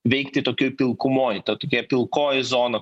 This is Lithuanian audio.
veikti tokioj pilkumoj ta tokia pilkoji zona